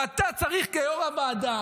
ואתה צריך כיו"ר הוועדה